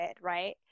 right